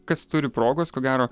kas turi progos ko gero